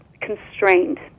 constrained